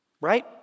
right